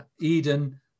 Eden